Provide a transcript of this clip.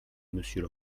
monsieur